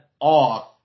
off